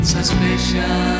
Suspicion